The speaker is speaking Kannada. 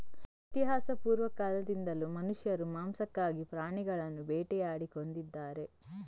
ಇತಿಹಾಸಪೂರ್ವ ಕಾಲದಿಂದಲೂ ಮನುಷ್ಯರು ಮಾಂಸಕ್ಕಾಗಿ ಪ್ರಾಣಿಗಳನ್ನು ಬೇಟೆಯಾಡಿ ಕೊಂದಿದ್ದಾರೆ